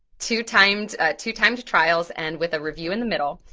two timed two timed trials and with a review in the middle,